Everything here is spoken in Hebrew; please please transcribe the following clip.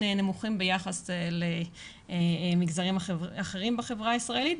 נמוכים ביחס למגזרים אחרים בחברה הישראלית.